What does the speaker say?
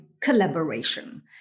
collaboration